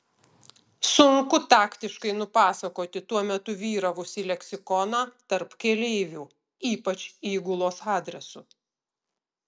sunku taktiškai nupasakoti tuo metu vyravusį leksikoną tarp keleivių ypač įgulos adresu